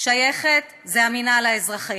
שייכת זה המינהל האזרחי.